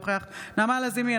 אינו נוכח נעמה לזימי,